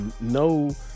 no